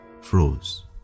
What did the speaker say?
froze